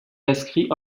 inscrit